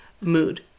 mood